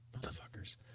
Motherfuckers